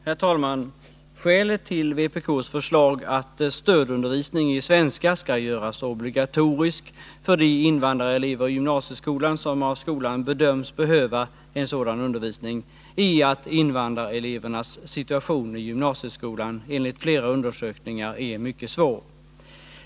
Herr talman! Skälet till vpk:s förslag, att stödundervisning i svenska skall göras obligatorisk för de invandrarelever i gymnasieskolan som av skolan bedöms behöva en sådan undervisning, är att invandrarelevernas situation i gymnasieskolan enligt flera undersökningar är mycket svår.